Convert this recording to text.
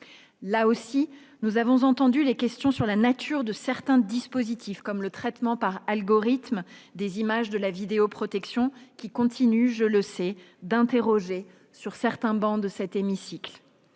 Là aussi, nous avons entendu les questions posées sur la nature de certains dispositifs, comme le traitement par algorithme des images de vidéoprotection, qui continue de susciter des interrogations sur certaines travées de cet hémicycle.